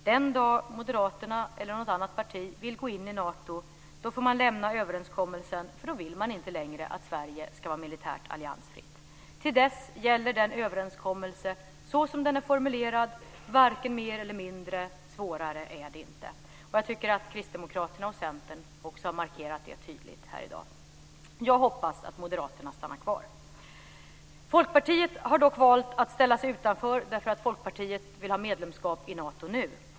Den dag Moderaterna eller något annat parti vill gå in i Nato får man lämna överenskommelsen, för då vill man inte längre att Sverige ska vara militärt alliansfritt. Till dess gäller denna överenskommelse, så som den är formulerad, varken mer eller mindre. Svårare än så är det inte. Jag tycker att man från Kristdemokraterna och Centern också har markerat det tydligt här i dag. Jag hoppas att Moderaterna stannar kvar. Folkpartiet har dock valt att ställa sig utanför, därför att Folkpartiet vill ha medlemskap i Nato nu.